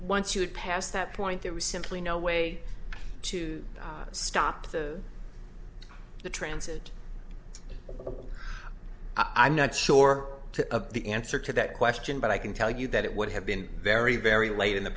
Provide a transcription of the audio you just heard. once you get past that point there was simply no way to stop the the transit i'm not sure to the answer to that question but i can tell you that it would have been very very late in the